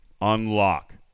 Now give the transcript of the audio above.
Unlock